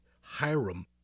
Hiram